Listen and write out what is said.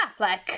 Affleck